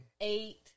eight